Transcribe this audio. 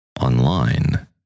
online